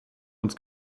uns